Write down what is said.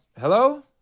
Hello